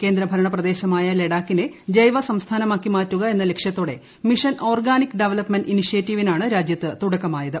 കേന്ദ്ര ഭരണ പ്രദേശമായ ലഡാകിനെ ജൈവ സംസ്ഥാനമാക്കി മാറ്റുക എന്ന ലക്ഷ്യത്തോടെ മിഷൻ ഓർഗാനിക് ഡവലപ്പ്മെന്റ് ഇനിഷ്യേറ്റീവിനാണ് രാജ്യത്ത് തുടക്കമായത്